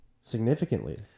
Significantly